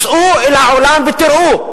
צאו אל העולם וראו.